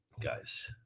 guys